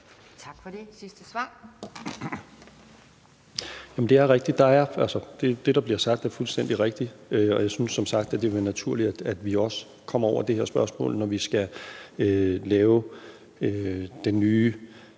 Tak for det. Sidste